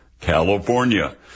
California